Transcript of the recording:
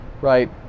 right